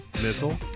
missile